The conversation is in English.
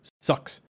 sucks